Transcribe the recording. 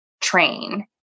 train